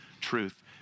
truth